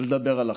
ולדבר על אחדות,